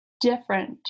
different